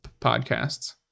podcasts